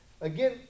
again